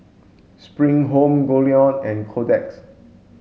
Spring Home Goldlion and Kotex